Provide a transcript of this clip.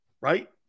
right